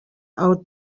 out